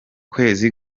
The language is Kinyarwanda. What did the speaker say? kwezi